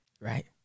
Right